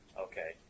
Okay